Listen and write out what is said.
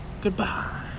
Goodbye